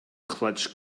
clutched